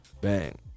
Bang